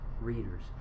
readers